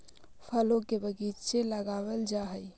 फलों के बगीचे लगावल जा हई